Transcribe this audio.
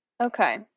Okay